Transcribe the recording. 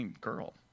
girl